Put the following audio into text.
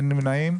אין נמנעים.